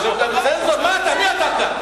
הבעת את עמדתך.